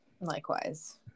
Likewise